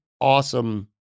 awesome